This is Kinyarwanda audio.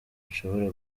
nshobora